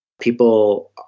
People